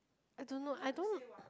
I don't know I don't